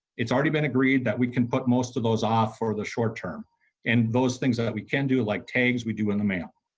it's already been agreed that we can put most of those off for the short term and those things that we can do like tanks we do in the mail.